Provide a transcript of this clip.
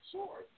Sure